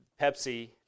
Pepsi